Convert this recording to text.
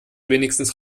wenigstens